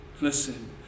Listen